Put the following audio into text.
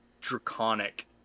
draconic